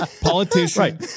Politician